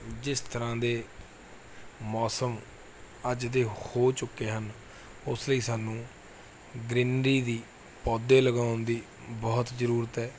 ਜਿਸ ਤਰ੍ਹਾਂ ਦੇ ਮੌਸਮ ਅੱਜ ਦੇ ਹੋ ਚੁੱਕੇ ਹਨ ਉਸ ਲਈ ਸਾਨੂੰ ਗਰੀਨਰੀ ਦੀ ਪੌਦੇ ਲਗਾਉਣ ਦੀ ਬਹੁਤ ਜ਼ਰੂਰਤ ਹੈ